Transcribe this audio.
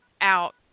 out